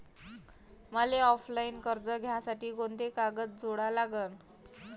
मले ऑफलाईन कर्ज घ्यासाठी कोंते कागद जोडा लागन?